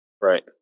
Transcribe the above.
Right